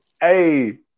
Hey